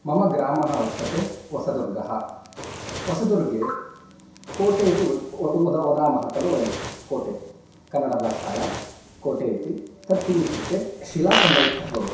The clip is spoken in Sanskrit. मम ग्रामः वर्तते वसदुर्गः वसदुर्गे कोटे इति वा व वदामः खलु वयं कोटे कन्नडभाषायां कोटे इति तद् किम् इत्युक्ते शिलाखण्डयुक्तः भवति